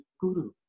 guru